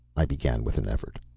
i began with an effort.